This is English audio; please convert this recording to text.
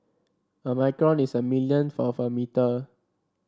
a micron is a millionth of a metre